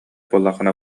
буоллаххына